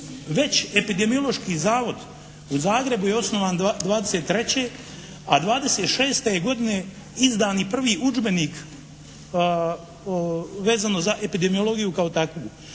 već Epidemiološki zavod u Zagrebu je osnovan '23., a '26. je godine izdan i prvi udžbenik vezano za epidemiologiju kao takvu.